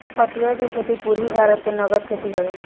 पटुआ के खेती पूरबी भारत के नगद खेती हवे